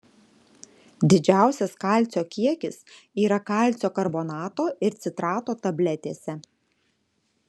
didžiausias kalcio kiekis yra kalcio karbonato ir citrato tabletėse